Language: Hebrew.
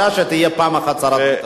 דרך אגב, היא באה ועונה.